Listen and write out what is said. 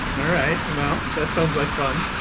all right, well, that sounds like fun.